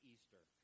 Easter